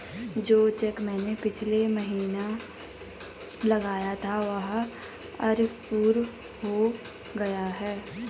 जो चैक मैंने पिछले महीना लगाया था वह अप्रूव हो गया है